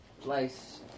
place